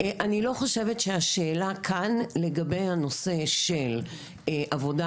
אני לא חושבת שהשאלה כאן לגבי הנושא של עבודה